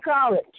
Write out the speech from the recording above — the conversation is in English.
College